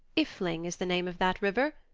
ifling is the name of that river,